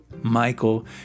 Michael